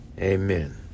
Amen